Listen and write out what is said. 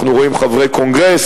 אנחנו רואים חברי קונגרס,